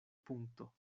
punkto